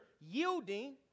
yielding